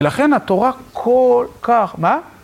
לכן התורה כל כך... מה?